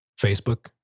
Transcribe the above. Facebook